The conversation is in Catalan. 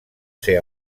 ser